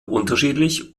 unterschiedlich